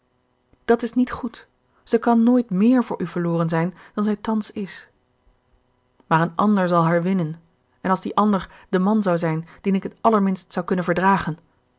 dat is niet goed zij kan nooit méér voor u verloren zijn dan zij thans is maar een ander zal haar winnen en als die ander de man zou zijn dien ik het allerminst zou kunnen verdragen